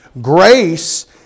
Grace